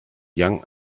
young